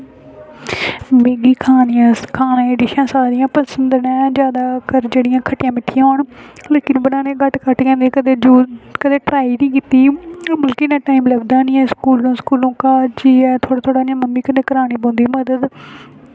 मिगी खाने आह्लियां डिशां सारियां पसंद न जादै जेह्ड़ियां खट्टियां मिट्ठियां होन लेकिन मिगी बनाने गी बड़ी घट्ट गै औंदियां लेकिन कदें ट्राई निं कीती मतलब की इन्ना टाईम लगदा निं ऐ स्कूल दा ते घर जाइयै थोह्ड़ी थोह्ड़ी मम्मी कन्नै करानी पौंदी मदद